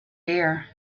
here